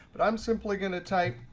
but i'm simply going to type